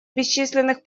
бесчисленных